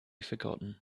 forgotten